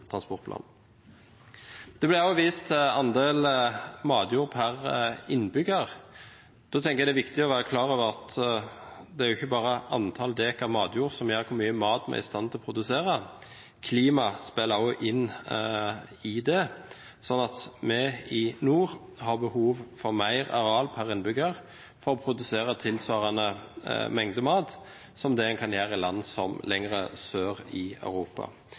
ble også vist til andel matjord per innbygger. Da tenker jeg det er viktig å være klar over at det ikke bare er antall dekar matjord som bestemmer hvor mye mat vi er i stand til å produsere. Klimaet spiller også inn her. Vi i nord har behov for mer areal per innbygger for å produsere tilsvarende mengde mat som det en produserer i land lenger sør i Europa.